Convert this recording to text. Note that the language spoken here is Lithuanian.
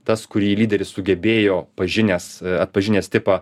tas kurį lyderis sugebėjo pažinęs atpažinęs tipą